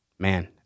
man